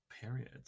Period